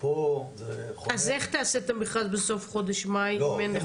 ופה צריך --- אז איך תעשה את המכרז בסוף חודש מאי אם אין לך